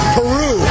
Peru